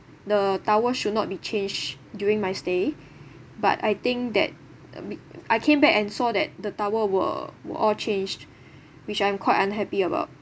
the towel should not be changed during my stay but I think that I came back and saw that the towel were were all changed which I'm quite unhappy about